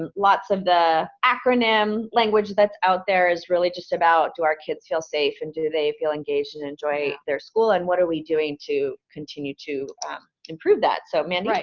lots of the acronym language that's out there is really just about do our kids feel safe, and do they feel engaged and enjoy their school, and what are we doing to continue to improve that? so mandy,